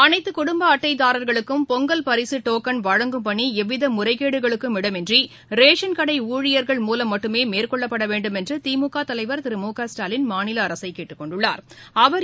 அனைத்து குடும்ப அட்டைதாரா்களுக்கும் பொங்கல் பரிசு டோக்கன் வழங்கும் பணி எவ்வித முறைகேடுகளுக்கும் இடமின்றி ரேஷன் கடை ஊழியர்கள் மூலம் மட்டுமே மேற்கொள்ளப்பட வேண்டுமென்று திமுக தலைவா் திரு மு க ஸ்டாலின் மாநில அரசை கேட்டுக் கொண்டுள்ளாா்